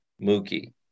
Mookie